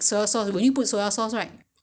他他不要吃 eh